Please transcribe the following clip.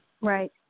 Right